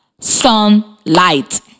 Sunlight